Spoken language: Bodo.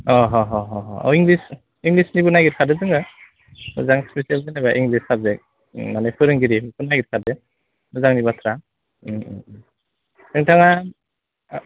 अ ह ह ह अ इंलिस इंलिसनिबो नायगिरखादों जोङो मोजां सिपिसियेल होनोब्ला इंलिस साबजेक्ट माने फोरोंगिरिखौ नागिरखादो मोजांनि बाथ्रा नोंथाङा